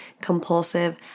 compulsive